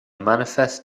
manifest